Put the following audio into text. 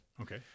Okay